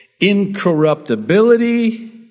incorruptibility